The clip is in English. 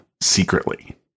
secretly